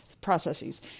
processes